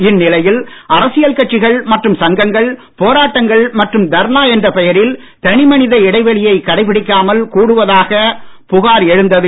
இந்நிலையில் அரசியல் கட்சிகள் மற்றும் சங்கங்கள் போராட்டங்கள் மற்றும் தர்ணா என்ற பெயரில் தனி மனித இடைவெளியைக் கடைப்பிடிக்காமல் கூடுவதாக புகார் எழுந்தது